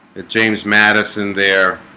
it james madison there